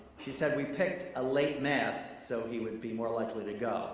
she said, we picked a late mass so he would be more likely to go